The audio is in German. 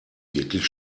wirklich